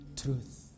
truth